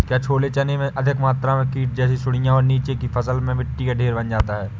क्या छोले चने में अधिक मात्रा में कीट जैसी सुड़ियां और नीचे की फसल में मिट्टी का ढेर बन जाता है?